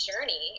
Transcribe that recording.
journey